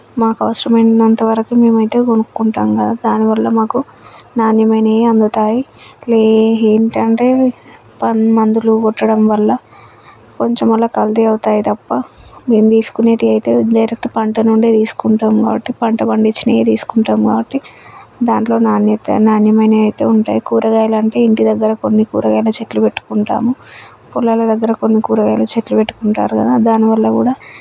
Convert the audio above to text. మాకు అవసరమైన అంతవరకు మేమైతే కొనుక్కుంటాం కదా దానివల్ల మాకు నాణ్యమైనయే అందుతాయి లే ఏంటంటే మందులు కొట్టడం వల్ల కొంచెం అలా కల్తీ అవుతాయి తప్ప నేను తీసుకునేటివైతే వేరేటి పంట నుండి తీసుకుంటాం కాబట్టి పంట పండించినయే తీసుకుంటాం కాబట్టి దాంట్లో నాణ్యత నాణ్యమైన అయితే ఉంటాయి కూరగాయలు అంటే ఇంటి దగ్గర కొన్ని కూరగాయల చెట్లు పెట్టుకుంటాము పొలాల దగ్గర కొన్ని కూరగాయల చెట్లు పెట్టుకుంటారు గదా దానివల్ల కూడా